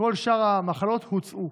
כל שאר המחלות הוצאו.